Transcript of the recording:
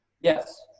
yes